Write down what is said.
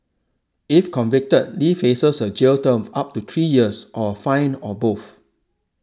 if convicted Lee faces a jail term of up to three years or fine or both